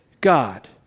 God